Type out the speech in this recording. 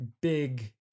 big